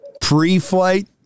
pre-flight